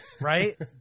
right